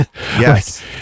yes